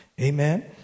Amen